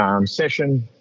session